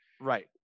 right